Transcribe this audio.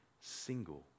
single